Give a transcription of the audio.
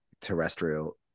terrestrial